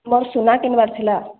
ମୋର ସୁନା କିଣିବାର ଥିଲା